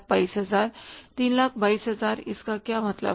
322000 इसका क्या मतलब है